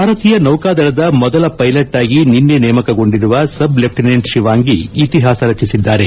ಭಾರತೀಯ ನೌಕಾದಳದ ಮೊದಲ ಪೈಲಟ್ ಆಗಿ ನಿನ್ನೆ ನೇಮಕೊಂಡಿರುವ ಸಬ್ ಲೆಫ್ಲಿನೆಂಟ್ ಶಿವಾಂಗಿ ಇತಿಹಾಸ ರಚಿಸಿದ್ದಾರೆ